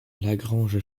lagrange